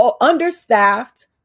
understaffed